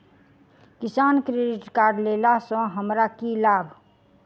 किसान credit card लेला सऽ हमरा की लाभ?